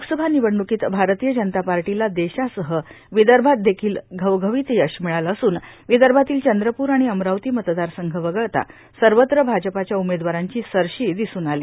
लोकसभा निवडणुकीत भारतीय जनता पार्टीला देशासह विदर्भात देखिल घवघवीत यश मिळालं असून विदर्भातील चंद्रपूर आणि अमरावती मतदारसंघ वगळता सर्वत्र भाजपाच्या उमेदवारांची सरशी दिसून आली